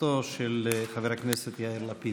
ברכתו של חבר הכנסת יאיר לפיד.